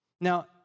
Now